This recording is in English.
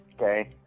Okay